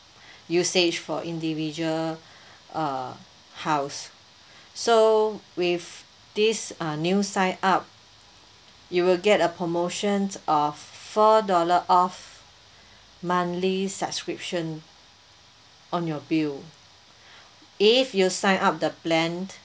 usage for individual uh house so with this uh new sign up you will get a promotions uh four dollar off monthly subscription on your bill if you sign up the plan